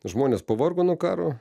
žmonės pavargo nuo karo